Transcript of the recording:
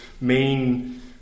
main